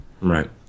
Right